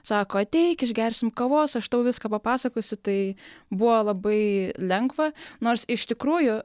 sako ateik išgersim kavos aš tau viską papasakosiu tai buvo labai lengva nors iš tikrųjų